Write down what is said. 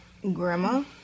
Grandma